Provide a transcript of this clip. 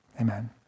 amen